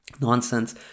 nonsense